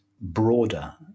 broader